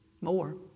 more